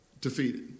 defeated